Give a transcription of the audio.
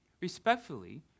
Respectfully